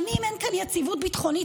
שנים אין כאן יציבות ביטחונית,